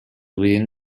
within